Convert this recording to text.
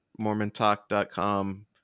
mormontalk.com